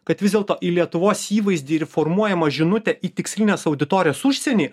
kad vis dėlto į lietuvos įvaizdį ir formuojama žinutė į tikslines auditorijas užsieny